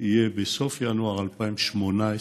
יהיה בסוף ינואר 2018,